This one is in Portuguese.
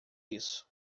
isso